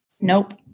Nope